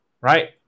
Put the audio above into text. right